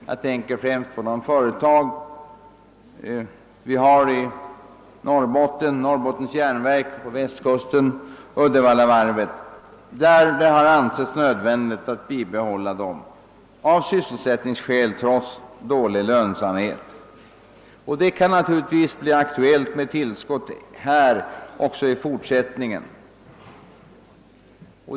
Jag tänker då främst på Norrbottens järnverk och Uddevallavarvet, som det ansetts nödvändigt att bibehålla av sysselsättningsskäl trots dålig lönsamhet. Där kan det naturligtvis bli aktuellt med tillskott också i fortsättningen.